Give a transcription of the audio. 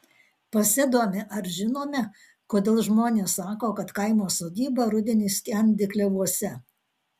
pasidomi ar žinome kodėl žmonės sako kad kaimo sodyba rudenį skendi klevuose